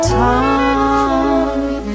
time